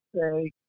say